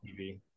TV